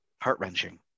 heart-wrenching